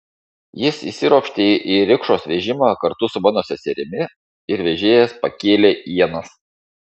jis įsiropštė į rikšos vežimą kartu su mano seserimi ir vežėjas pakėlė ienas